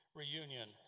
reunion